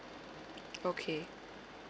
okay